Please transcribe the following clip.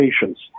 patients